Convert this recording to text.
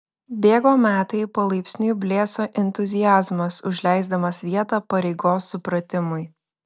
bėgo metai palaipsniui blėso entuziazmas užleisdamas vietą pareigos supratimui